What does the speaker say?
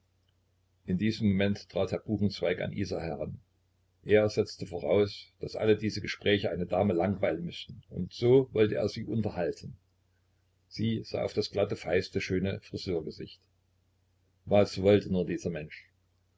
in diesem momente trat herr buchenzweig an isa heran er setzte voraus daß alle diese gespräche eine dame langweilen müßten und so wollte er sie unterhalten sie sah auf das glatte feiste schöne friseurgesicht was wollte nur der mensch